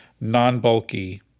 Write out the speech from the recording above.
non-bulky